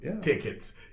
tickets